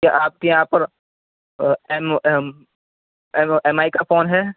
کیا آپ کے یہاں پر ایم ایم ایم آئی کا فون ہے